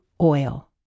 oil